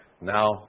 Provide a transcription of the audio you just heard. Now